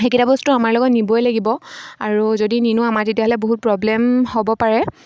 সেইকেইটা বস্তু আমাৰ লগত নিবই লাগিব আৰু যদি নিনো আমাৰ তেতিয়াহ'লে বহুত প্ৰব্লেম হ'ব পাৰে